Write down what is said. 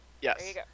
Yes